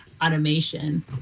automation